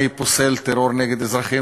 אני פוסל טרור נגד אזרחים,